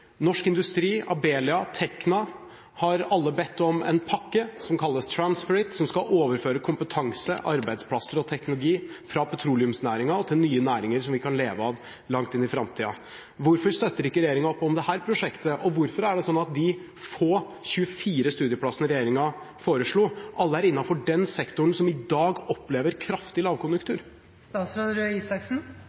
Norsk Industri, Abelia og Tekna har alle bedt om en pakke, som kalles Transferit, som skal overføre kompetanse, arbeidsplasser og teknologi fra petroleumsnæringen og til nye næringer som vi kan leve av langt inn i framtiden. Hvorfor støtter ikke regjeringen opp om dette prosjektet? Og hvorfor er det sånn at de få – 24 – studieplassene regjeringen foreslo, alle er innenfor den sektoren som i dag opplever kraftig